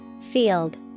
Field